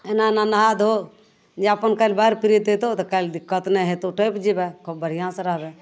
एना एना नहा धो या अपन काल्हि बाढ़ि पीड़ित अयतौ तऽ काल्हि दिक्कत नहि हेतौ टैपि जेबएँ बढ़िऑं से रहबएँ